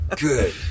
good